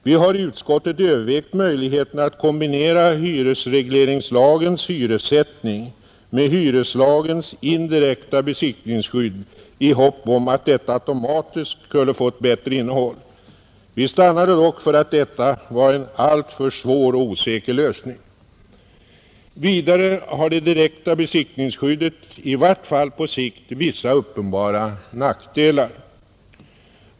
Vi har i utskottet övervägt möjligheterna att kombinera hyresregleringslagens hyressättning med hyreslagens indirekta besittningsskydd i hopp om att detta automatiskt skulle få ett bättre innehåll. Vi stannade dock för att detta var en alltför svår och osäker lösning. Vidare har det indirekta besittningsskyddet i vart fall på sikt vissa uppenbara nackdelar.